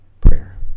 Prayer